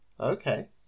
Okay